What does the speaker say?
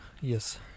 Yes